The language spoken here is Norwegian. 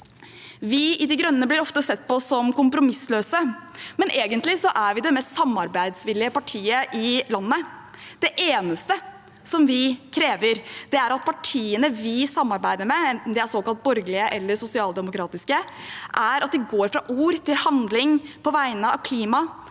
De Grønne blir ofte sett på som kompromissløse, men egentlig er vi det mest samarbeidsvillige partiet i landet. Det eneste vi krever, er at partiene vi samarbeider med, enten de er såkalt borgerlige eller sosialdemokratiske, går fra ord til handling på vegne av klimaet,